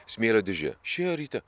smėlio dėžė išėjo ryte